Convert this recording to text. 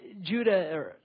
Judah